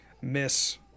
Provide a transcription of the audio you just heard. miss